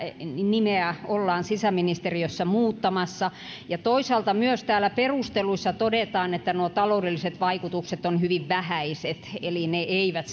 nimeä ollaan sisäministeriössä muuttamassa ja toisaalta myös täällä perusteluissa todetaan että nuo taloudelliset vaikutukset ovat hyvin vähäiset eli ne eivät